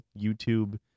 YouTube